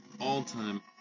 all-time